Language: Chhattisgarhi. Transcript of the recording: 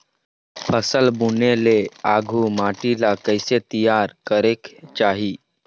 फसल बुने ले आघु माटी ला कइसे तियार करेक चाही?